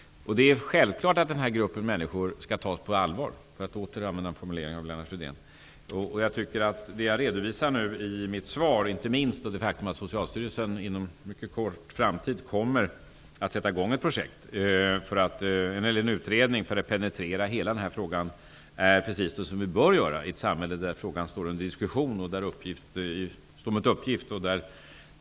Det är självklart att denna grupp människor skall tas på allvar, för att åter använda Lennart Fridéns formulering. Jag redovisar i mitt svar t.ex. det faktum att Socialstyrelsen inom en mycket kort framtid kommer att sätt i gång en utredning för att penetrera hela frågan. Det är precis det vi bör göra i ett samhälle där frågan står under diskussion och där uppgift står mot uppgift.